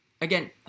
again